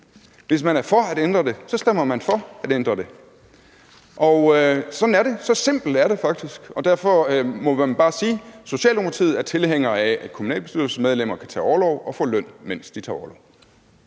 Hvis man er for at ændre det, stemmer man for at ændre det. Sådan er det; så simpelt er det faktisk, og derfor må man bare sige: Socialdemokratiet er tilhængere af, at kommunalbestyrelsesmedlemmer kan tage orlov og få løn, mens de tager orlov.